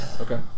Okay